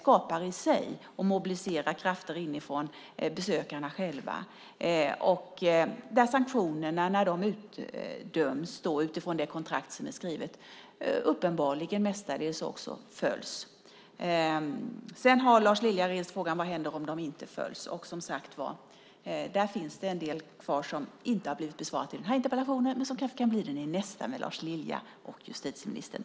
Man mobiliserar krafter inifrån besökarna själva. Sanktionerna, när de utdöms utifrån det kontrakt som är skrivet, följs också uppenbarligen mestadels. Lars Lilja har rest frågan vad som händer om de inte följs. Som sagt var, där finns det en del kvar som inte har blivit besvarat i den här interpellationen men som kanske kan bli det i nästa med Lars Lilja och justitieministern.